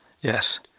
Yes